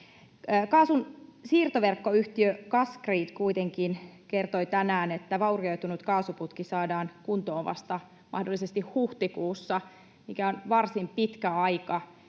Kaasun siirtoverkkoyhtiö Gasgrid kuitenkin kertoi tänään, että vaurioitunut kaasuputki saadaan kuntoon vasta mahdollisesti huhtikuussa, mikä on varsin pitkä aika.